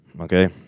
okay